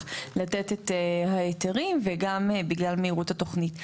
לתת את ההיתרים וגם בגלל מהירות התוכנית,